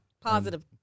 Positive